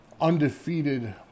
undefeated